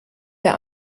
wer